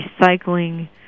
recycling